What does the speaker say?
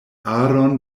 aron